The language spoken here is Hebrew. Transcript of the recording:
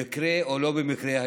במקרה או שלא במקרה,